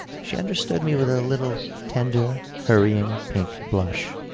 she understood me with a little tender, hurrying, pink blush.